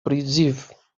призыв